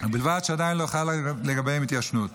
ובלבד שעדיין לא חלה לגביהן התיישנות.